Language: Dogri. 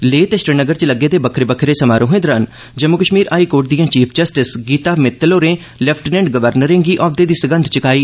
लेह ते श्रीनगर च लग्गे दे बक्खरे बक्खरे समारोहें दौरान जम्मू कश्मीर हाईकोर्ट दिए चीफ जस्टिस गीता मित्तल होरें लेफ्टिनेंट गवर्नरें गी औहद्वे दी सगंघ चुकाई